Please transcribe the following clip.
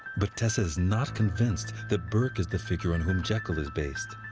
but tessa is not convinced that burke is the figure on whom jekyll is based.